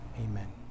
Amen